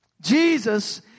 Jesus